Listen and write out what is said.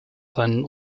seinen